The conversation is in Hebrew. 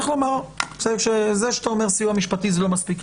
זה שאתה אומר סיוע משפטי, זה לא מספיק.